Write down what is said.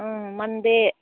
ꯎꯝ ꯃꯟꯗꯦ